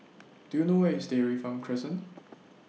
Do YOU know Where IS Dairy Farm Crescent